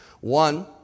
One